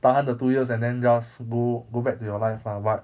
tahan the two years and then just go go back to your life lah but